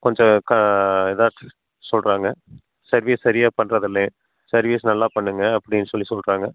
கொஞ்சம் இதாக சொல்கிறாங்க சர்வீஸ் சரியாக பண்ணுறது இல்லை சர்வீஸ் நல்லா பண்ணுங்கள் அப்படின்னு சொல்லி சொல்கிறாங்க